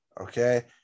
okay